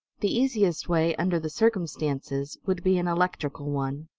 the easiest way, under the circumstances, would be an electrical one.